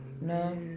No